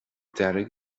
dearg